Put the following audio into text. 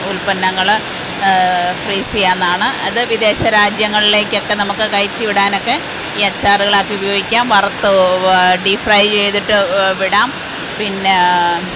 ഉൽപ്പന്നങ്ങള് freeze ചെയ്യാവുന്നതാണ് അത് വിദേശ രാജ്യങ്ങളിലേക്കൊക്കെ നമുക്ക് കയറ്റി വിടാനൊക്കെ ഈ അച്ചാറുകളാക്കി ഉപയോഗിക്കാം വറത്ത് ഡീപ് ഫ്രൈ ചെയ്തിട്ട് വിടാം പിന്നെ